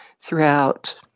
throughout